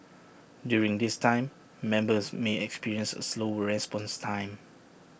during this time members may experience A slower response time